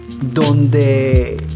donde